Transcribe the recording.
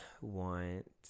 want